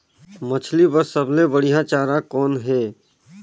मछरी बर सबले बढ़िया चारा कौन हे?